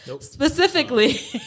specifically